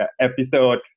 episode